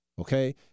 okay